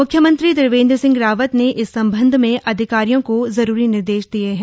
म्ख्यमंत्री त्रिवेंद्र सिंह रावत ने इस संबंध में अधिकारियों को जरूरी निर्देश दिए हैं